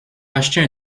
racheter